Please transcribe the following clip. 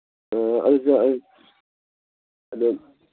ꯑꯥ ꯑꯗꯨꯗꯣ ꯑꯗꯨ